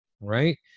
Right